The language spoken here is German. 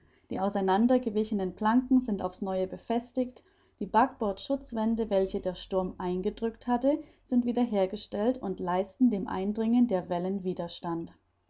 die auseinander gewichenen planken sind auf's neue befestigt die backbordschutzwände welche der sturm eingedrückt hatte sind wieder hergestellt und leisten dem eindringen der wellen widerstand